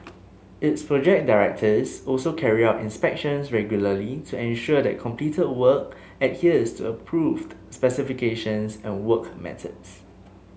its project directors also carry out inspections regularly to ensure that completed work adheres to approved specifications and work methods